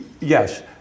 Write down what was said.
Yes